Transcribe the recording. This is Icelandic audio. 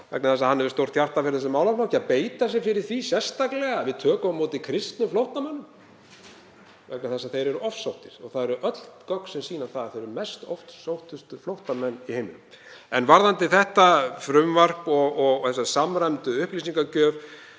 vegna þess að hann hefur stórt hjarta fyrir þessum málaflokki, að beita sér sérstaklega fyrir því að við tökum á móti kristnum flóttamönnum vegna þess að þeir eru ofsóttir. Og það eru öll gögn sem sýna það að þeir eru ofsóttustu flóttamennirnir í heiminum. En varðandi þetta frumvarp og þessa samræmdu upplýsingagjöf